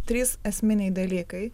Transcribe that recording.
trys esminiai dalykai